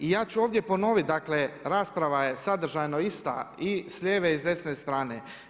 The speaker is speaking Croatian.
I ja ću ovdje ponoviti, dakle, rasprava je sadržajno ista i s lijeve i s desne strane.